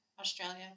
Australia